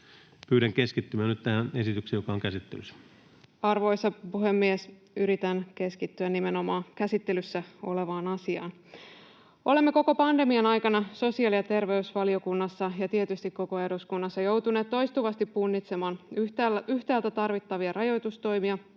Pyydän keskittymään nyt tähän esitykseen, joka on käsittelyssä. Arvoisa puhemies! Yritän keskittyä nimenomaan käsittelyssä olevaan asiaan. Olemme koko pandemian ajan sosiaali- ja terveysvaliokunnassa ja tietysti koko eduskunnassa joutuneet toistuvasti punnitsemaan yhtäältä tarvittavia rajoitustoimia